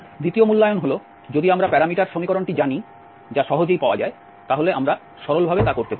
দ্বিতীয় মূল্যায়ন হল যদি আমরা প্যারামিটার সমীকরণটি জানি যা সহজেই পাওয়া যায় তাহলে আমরা সরলভাবে তা করতে পারি